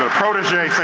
ah protege. okay